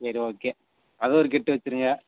சரி ஓகே அது ஒரு கட்டு வைச்சுருங்க